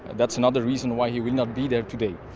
that's another reason why he will not be there today.